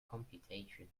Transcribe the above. computation